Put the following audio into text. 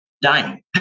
dying